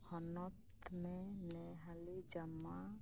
ᱦᱚᱱᱚᱛ ᱢᱮ ᱦᱟᱹᱞᱤ ᱡᱟᱢᱟ